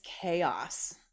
chaos